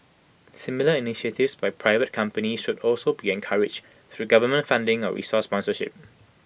similar initiatives by private companies should also be encouraged through government funding or resource sponsorship